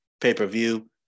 pay-per-view